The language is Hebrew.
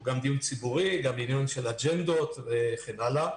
הוא גם דיון ציבורי והוא גם בעניין של אג'נדות וכן הלאה.